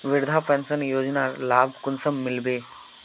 वृद्धा पेंशन योजनार लाभ कुंसम मिलबे?